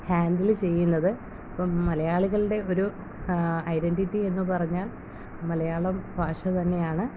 ഹാൻ്റിൽ ചെയ്യുന്നത് ഇപ്പം മലയാളികളുടെ ഒരു ഐഡൻ്റിറ്റി എന്നു പറഞ്ഞാൽ മലയാളം ഭാഷ തന്നെയാണ്